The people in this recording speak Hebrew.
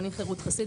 אני חרות חסיד,